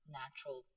natural